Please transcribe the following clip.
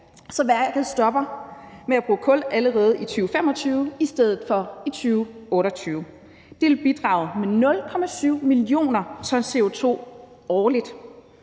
så værket stopper med at bruge kul allerede i 2025 i stedet for i 2028. Det vil bidrage med 0,7 mio. t CO2 årligt.